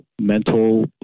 mental